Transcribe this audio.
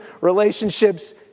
relationships